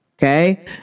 Okay